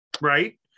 right